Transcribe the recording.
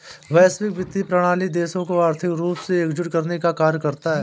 वैश्विक वित्तीय प्रणाली देशों को आर्थिक रूप से एकजुट करने का कार्य करता है